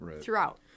throughout